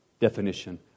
definition